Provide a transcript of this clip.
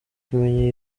kimenyi